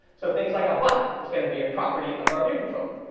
so things like a button is going to be a property of our view controller.